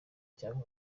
cyangwa